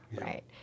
right